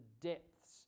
depths